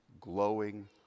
glowing